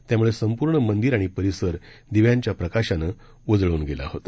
त्याम्ळेसंपूर्णमंदिरआणिपरिसरदिव्यांच्याप्रकाशानंउजळूनगेलाहोता